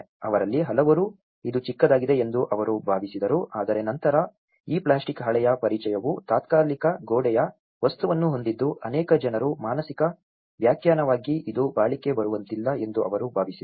ಅವರಲ್ಲಿ ಹಲವರು ಇದು ಚಿಕ್ಕದಾಗಿದೆ ಎಂದು ಅವರು ಭಾವಿಸಿದರು ಆದರೆ ನಂತರ ಈ ಪ್ಲಾಸ್ಟಿಕ್ ಹಾಳೆಯ ಪರಿಚಯವು ತಾತ್ಕಾಲಿಕ ಗೋಡೆಯ ವಸ್ತುವನ್ನು ಹೊಂದಿದ್ದು ಅನೇಕ ಜನರು ಮಾನಸಿಕ ವ್ಯಾಖ್ಯಾನವಾಗಿ ಇದು ಬಾಳಿಕೆ ಬರುವಂತಿಲ್ಲ ಎಂದು ಅವರು ಭಾವಿಸಿದರು